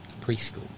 Preschool